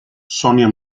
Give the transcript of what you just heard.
sonia